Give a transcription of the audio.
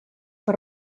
per